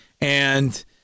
And-